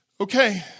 okay